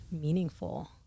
meaningful